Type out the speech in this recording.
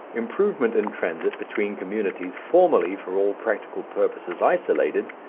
improvement in transit between communities formerly for all practical purposes isolated,